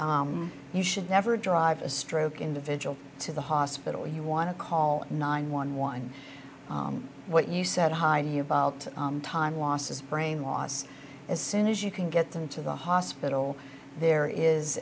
you should never drive a stroke individual to the hospital you want to call nine one one what you said heidi about time losses brain loss as soon as you can get them to the hospital there is